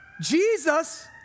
Jesus